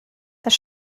das